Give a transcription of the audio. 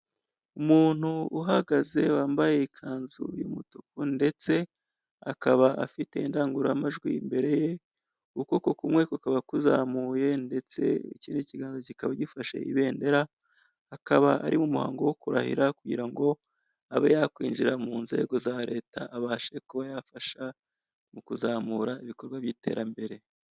Umuntu uhagaze wambaye ikanzu y'umutuku ndetse akaba afite indangururamajwi imbere ye, ukuboko kumwe kukaba kuzamuye, ndetse ikindi kiganza kikaba gifashe ibendera akaba ari mu muhango wo kurahira kugira ngo abe yakwinjira mu nzego za leta abashe kuba yafasha mu kuzamura ibikorwa by'iterambere.